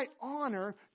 honor